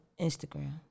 Instagram